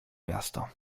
miasto